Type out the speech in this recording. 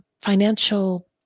financial